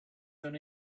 than